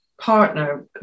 partner